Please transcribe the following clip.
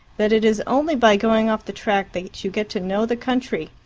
that it is only by going off the track that you get to know the country.